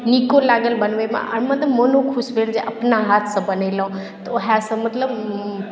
नीको लागल बनबयमे आ मतलब मोनो खुश भेल जे अपना हाथसँ बनेलहुँ तऽ उएहसँ मतलब